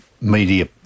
media